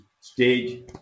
stage